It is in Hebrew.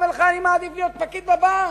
הוא אומר לך: אני מעדיף להיות פקיד בבנק.